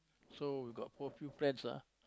so we got four few friends ah